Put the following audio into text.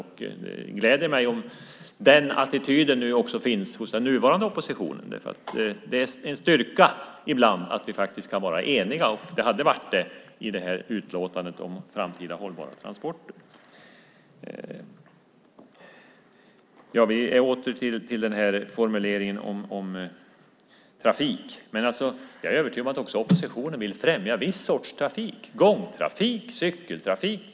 Det gläder mig om den attityden också finns hos den nuvarande oppositionen. Det är ibland en styrka att vi faktiskt kan vara eniga. Det hade varit så i utlåtandet om framtida hållbara transporter. Vi är åter vid formuleringen om trafik. Jag är övertygad om att också oppositionen vill främja viss sorts trafik, till exempel gångtrafik och cykeltrafik.